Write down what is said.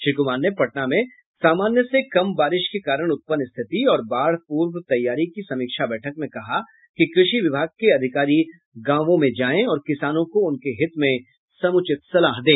श्री कुमार ने पटना में सामान्य से कम बारिश के कारण उत्पन्न स्थिति और बाढ़ पूर्व तैयारी की समीक्षा बैठक में कहा कि कृषि विभाग के अधिकारी गांवों में जायें और किसानों को उनके हित में समुचित सलाह दें